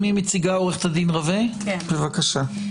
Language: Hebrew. עורכת הדין רווה, בבקשה.